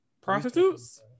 prostitutes